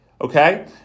okay